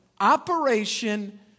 operation